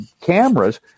cameras